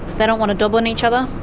they don't want to dob on each other,